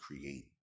create